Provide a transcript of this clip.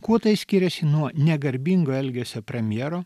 kuo tai skiriasi nuo negarbingo elgesio premjero